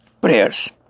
prayers